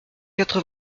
quatre